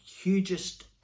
hugest